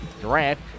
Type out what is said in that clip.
Durant